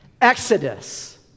Exodus